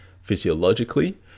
physiologically